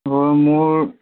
হয় মোৰ